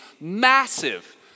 massive